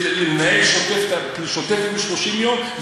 להתנהל בשוטף פלוס 30 יום,